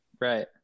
Right